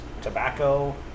tobacco